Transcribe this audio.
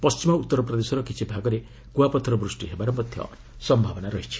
ପଣ୍ଢିମ ଉତ୍ତର ପ୍ରଦେଶର କିଛି ଭାଗରେ କୁଆପଥର ବୃଷ୍ଟି ହେବାର ମଧ୍ୟ ସମ୍ଭାବନା ଅଛି